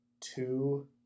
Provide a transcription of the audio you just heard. two